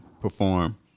perform